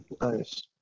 nice